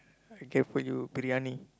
I get for you briyani